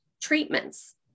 treatments